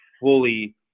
fully